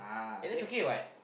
eh that's okay what